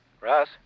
Russ